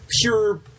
pure